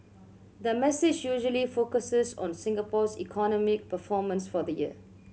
the message usually focuses on Singapore's economic performance for the year